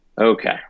Okay